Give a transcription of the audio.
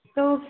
तो